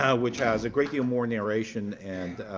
ah which has a great deal more narration and